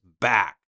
back